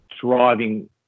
driving